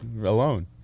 alone